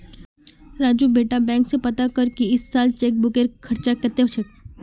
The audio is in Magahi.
राजू बेटा बैंक स पता कर की इस साल चेकबुकेर खर्च कत्ते छेक